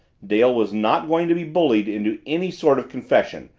dale was not going to be bullied into any sort of confession,